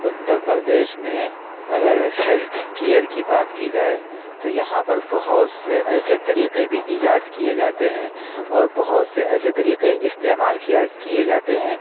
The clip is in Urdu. اُتر پردیش میں اگر ہیلتھ کیئر کی بات کی جائے تو یہ یہاں پر بہت سے ایسے طریقے بھی ایجاد کئے جاتے ہیں اور بہت سے ایسے طریقے استعمال کیا کئے جاتے ہیں